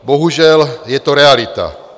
Bohužel, je to realita.